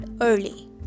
early